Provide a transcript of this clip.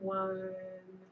one